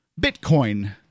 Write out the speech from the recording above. Bitcoin